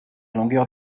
longueur